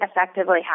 effectively